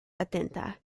atenta